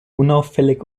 unauffällig